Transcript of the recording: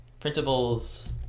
printables